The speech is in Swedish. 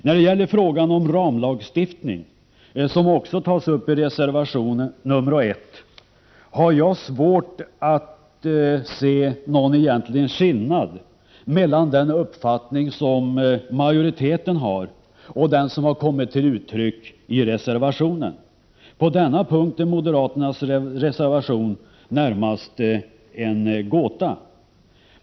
När det gäller frågan om ramlagstiftningen, som också tas uppi reservation nr 1, har jag svårt att se någon egentlig skillnad mellan den uppfattning som majoriteten har och den som har kommit till uttryck i reservationen. På denna punkt är moderaternas reservation närmast en gåta.